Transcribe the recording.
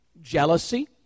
jealousy